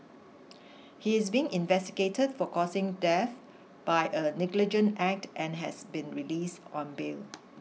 he is being investigated for causing death by a negligent act and has been release on bail